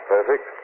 Perfect